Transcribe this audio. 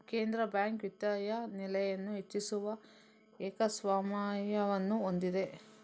ಕೇಂದ್ರ ಬ್ಯಾಂಕ್ ವಿತ್ತೀಯ ನೆಲೆಯನ್ನು ಹೆಚ್ಚಿಸುವ ಏಕಸ್ವಾಮ್ಯವನ್ನು ಹೊಂದಿದೆ